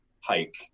hike